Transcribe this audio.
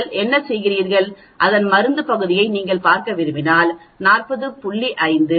நீங்கள் என்ன செய்கிறீர்கள் அதன் மருந்து பகுதியை நீங்கள் பார்க்க விரும்பினால் 40